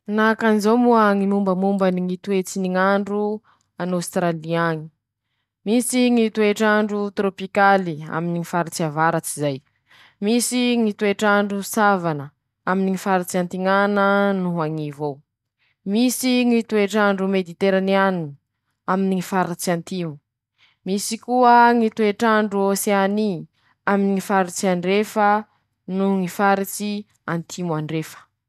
Manahakanizao moa Ñy mombamomba ny Ñy toetsy ny ñ'andro an'ôsitiraly añy: Misy ñy toetr'andro torôpikaly aminy ñy faritsy avaratsy zay, misy ñy toetr'andro savana aminy ñy faritsy antiñana noho añivo eo, misy ñy toetr'andro mediteraniany aminy ñy fartsy antimo, misy koa ñy toetr'andro ôseany aminy ñy faritsy andrefa noho ñy faritsy antimo andrefa.